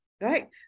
right